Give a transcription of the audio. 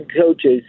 coaches